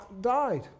died